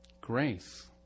Grace